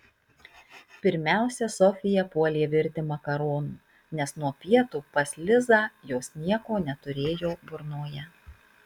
pirmiausia sofija puolė virti makaronų nes nuo pietų pas lizą jos nieko neturėjo burnoje